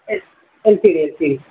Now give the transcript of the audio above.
L L C D L C D